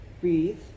breathe